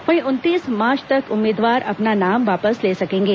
वहीं उनतीस मार्च तक उम्मीदवार अपना नाम वापस ले सकेंगे